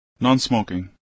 Non-smoking